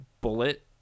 bullet